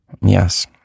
Yes